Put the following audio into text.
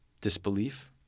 disbelief